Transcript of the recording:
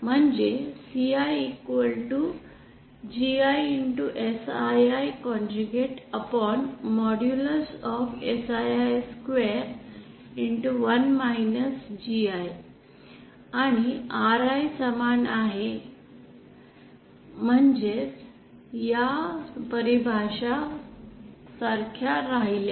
म्हणजेच Ci gi sii 1 modulus 2 आणि Ri समान आहे म्हणजेच या परिभाषा सारख्याच राहिल्या